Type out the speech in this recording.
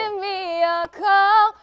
um a call,